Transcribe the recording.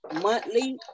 monthly